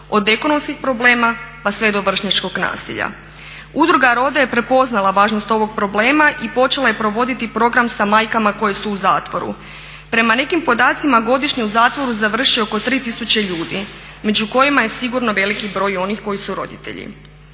Od ekonomskih problema pa sve do vršnjačkog nasilja. Udruga Roda je prepoznala važnost ovog problema i počela je provoditi program sa majkama koje su u zatvoru. Prema nekim podacima godišnje u zatvoru završi oko 3000 ljudi, među kojima je sigurno veliki broj i onih koji su roditelji.